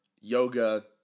yoga